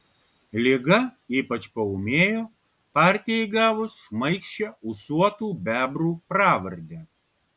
liga ypač paūmėjo partijai gavus šmaikščią ūsuotų bebrų pravardę